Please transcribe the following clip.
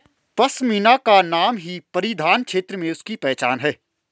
पशमीना का नाम ही परिधान क्षेत्र में उसकी पहचान है